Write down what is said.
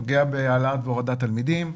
נוגע בהורדת והעלאת תלמידים,